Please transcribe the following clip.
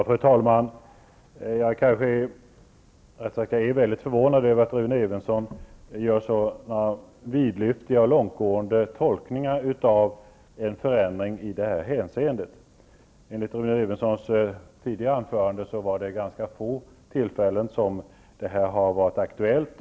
Fru talman! Jag är mycket förvånad över att Rune Evensson gör sådana vidlyftiga och långtgående tolkningar av en förändring i detta hänseende. Enligt Rune Evenssons tidigare anförande hade förändringar varit aktuella vid ganska få tillfällen.